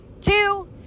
two